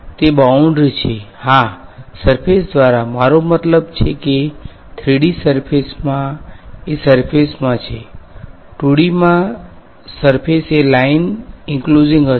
તે બાઉંડ્રી છે હાસરફેસ દ્વારા મારો મતલબ છે કે 3D સર્ફેસમાં એ સર્ફેસમાં છે 2D માં સર્ફેસ એ લાઈન ઈંક્લોઝીગ હશે